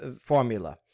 formula